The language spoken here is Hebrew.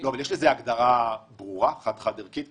אבל יש לזה הגדרה ברורה, חד-חד ערכית?